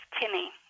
Timmy